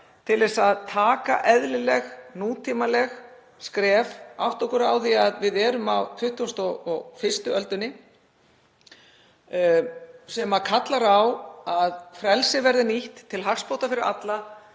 til þess að taka eðlileg og nútímaleg skref, átta okkur á því að við erum á 21. öldinni sem kallar á að frelsið verði nýtt til hagsbóta fyrir alla.